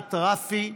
סיעת רפ"י,